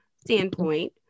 standpoint